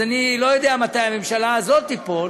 אז אני לא יודע מתי הממשלה הזאת תיפול,